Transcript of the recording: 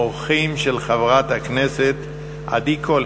אורחים של חברת הכנסת עדי קול.